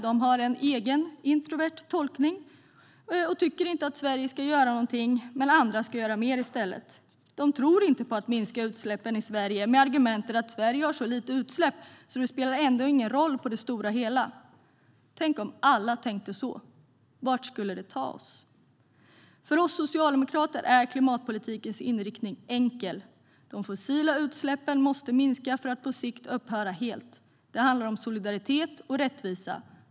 De har en egen introvert tolkning och tycker inte att Sverige ska göra någonting. I stället ska andra göra mer. De tror inte på att minska utsläppen i Sverige och argumenterar att Sverige har så lite utsläpp att det ändå inte spelar någon roll i det stora hela. Tänk om alla tänkte så! Vart skulle det ta oss? För oss socialdemokrater är klimatpolitikens inriktning enkel: De fossila utsläppen måste minska för att på sikt upphöra helt. Det handlar om solidaritet och rättvisa.